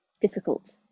difficult